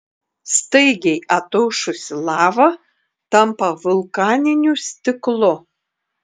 staigiai ataušusi lava tampa vulkaniniu stiklu